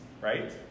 right